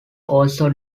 also